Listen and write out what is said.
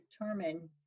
determine